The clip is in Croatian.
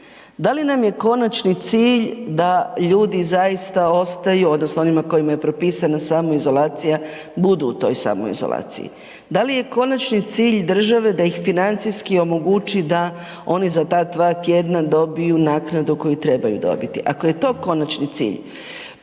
Da li nam je konačni cilj da ljudi zaista ostaju odnosno onima kojima je propisana samoizolacija budu u toj samoizolaciji? Dal je konačni cilj države da ih financijski omogući da oni za ta dva tjedna dobiju naknadu koju trebati dobiti? Ako je to konačni cilj